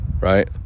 right